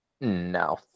No